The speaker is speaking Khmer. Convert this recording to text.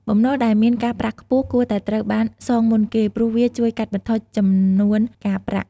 បំណុលដែលមានការប្រាក់ខ្ពស់គួរតែត្រូវបានសងមុនគេ ព្រោះវាជួយកាត់បន្ថយចំនួនការប្រាក់។